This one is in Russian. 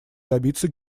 добиться